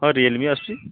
ହଁ ରିୟଲମି ଆସୁଛି